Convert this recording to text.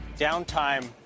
downtime